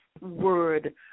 word